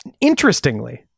Interestingly